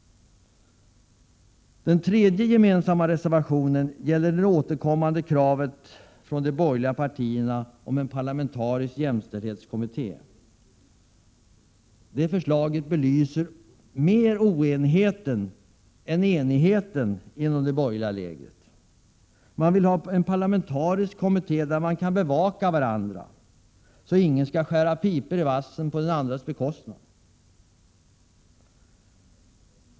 Den tredje gemensamma reservationen gäller det återkommande kravet från de borgerliga partierna om en parlamentarisk jämställdhetskommitté. Det förslaget belyser mer oenigheten än enigheten inom det borgerliga lägret. Man vill ha en parlamentarisk kommitté, där man kan bevaka varandra så att ingen skall skära pipor i vassen på den andres bekostnad.